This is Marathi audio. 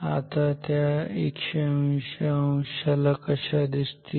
आता त्या 180 अंशाला कशा असतील